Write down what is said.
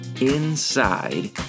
inside